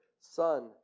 Son